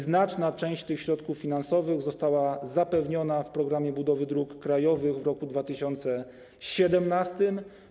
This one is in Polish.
Znaczna część tych środków finansowych została zapewniona w programie budowy dróg krajowych w roku 2017.